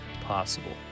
possible